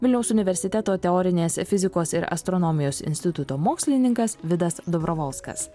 vilniaus universiteto teorinės fizikos ir astronomijos instituto mokslininkas vidas dobrovolskas